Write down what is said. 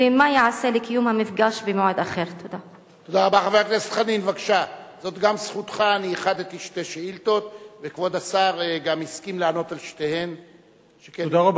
2. מה ייעשה לקיום המפגש במועד אחר?